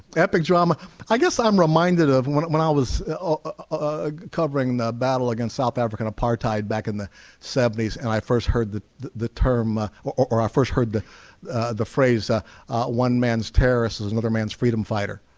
epic drama i guess i'm reminded of when of when i was ah covering the battle against south african apartheid back in the seventy s and i first heard the the term ah or i first heard the the phrase ah one man's terrorist is another man's freedom fighter